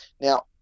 Now